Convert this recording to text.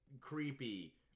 creepy